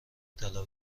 طلا